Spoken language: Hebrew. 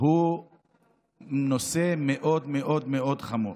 הוא נושא מאוד מאוד מאוד חמור.